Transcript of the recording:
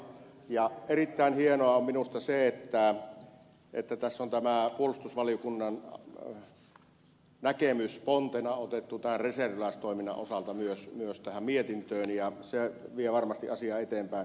ja erittäin hienoa on minusta se että tässä on tämä puolustusvaliokunnan näkemys pontena otettu reserviläistoiminnan osalta myös tähän mietintöön ja se vie varmasti asiaa eteenpäin